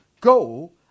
go